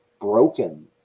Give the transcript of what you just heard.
broken